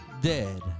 Dead